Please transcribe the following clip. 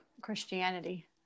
Christianity